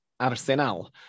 Arsenal